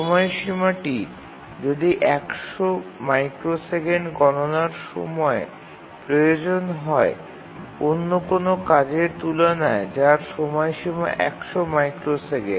সময়সীমাটি যদি ১০০ মাইক্রোসেকেন্ড গণনার সময় প্রয়োজন হয় অন্য কোনও কাজের তুলনায় যার সময়সীমা ১০০ মাইক্রোসেকেন্ড